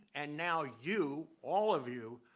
and now you, all of you,